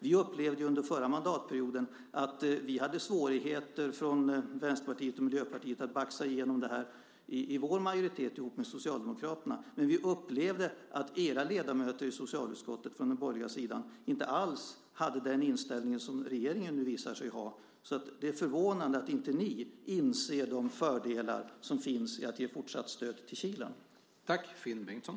Vi upplevde under förra mandatperioden att vi från Miljöpartiet och Vänsterpartiet hade svårigheter att baxa igenom det här i vår majoritet ihop med Socialdemokraterna, men vi upplevde att era ledamöter på den borgerliga sidan i socialutskottet inte alls hade den inställning som regeringen nu visar sig ha. Det är förvånande att ni inte inser de fördelar som finns i att ge fortsatt stöd till Kilen.